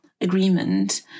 agreement